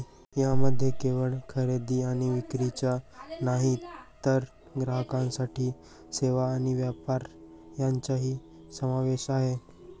यामध्ये केवळ खरेदी आणि विक्रीच नाही तर ग्राहकांसाठी सेवा आणि व्यापार यांचाही समावेश आहे